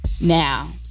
Now